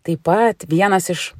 taip pat vienas iš